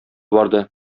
барды